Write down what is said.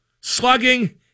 slugging